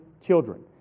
children